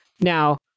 Now